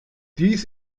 dies